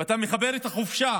ואתה מחבר את החופשה,